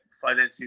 financially